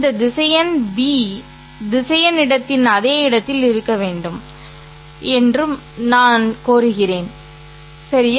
இந்த திசையன் பி திசையன் இடத்தின் அதே இடத்தில் இருக்க வேண்டும் என்றும் நான் கோருகிறேன் சரி